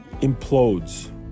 implodes